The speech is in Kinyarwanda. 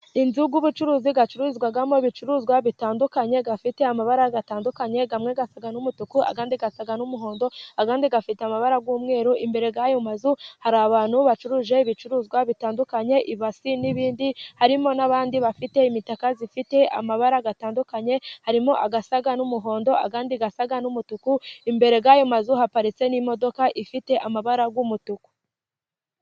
Inzu z'ubucuruzi bacuruzamo ibicuruzwa bitandukanye bifite amabara atandukanye, amwe asa n'umutuku ayandi asa n'umuhondo ayandi afite amabara y'umweru. Imbere y'ayo mazu hari abantu bacuruza ibicuruzwa bitandukanye, ibasi n'ibindi. Harimo n'abandi bafite imitaka ifite amabara atandukanye, harimo asa n'umuhondo ayandi asa n'umutuku. Imbere y'ayo mazu haparitse n'imodoka ifite amabara y'umutuku.